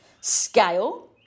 scale